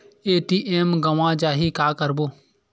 ATM गवां जाहि का करबो?